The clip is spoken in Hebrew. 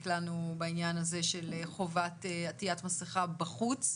לנו בעניין הזה של חובת עטיית מסכה בחוץ.